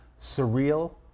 surreal